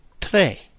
tre